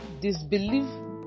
disbelieve